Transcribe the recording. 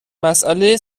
مسئله